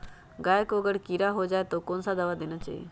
गाय को अगर कीड़ा हो जाय तो कौन सा दवा देना चाहिए?